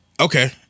Okay